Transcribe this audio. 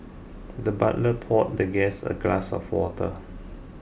the butler poured the guest a glass of water